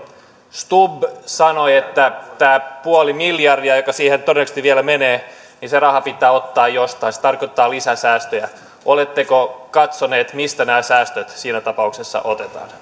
stubb sanoi että tämä puoli miljardia joka siihen todennäköisesti vielä menee pitää ottaa jostain se tarkoittaa lisäsäästöjä oletteko katsoneet mistä nämä säästöt siinä tapauksessa otetaan